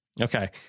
Okay